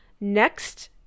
Next